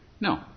No